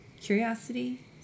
Curiosity